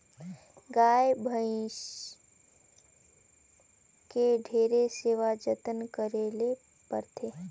गाय, भइसी के ढेरे सेवा जतन करे ले परथे